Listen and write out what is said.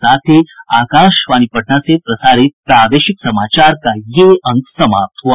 इसके साथ ही आकाशवाणी पटना से प्रसारित प्रादेशिक समाचार का ये अंक समाप्त हुआ